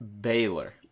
Baylor